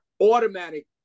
automatic